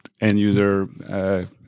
end-user